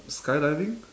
skydiving